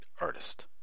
artist